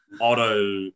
auto